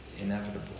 inevitable